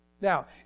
Now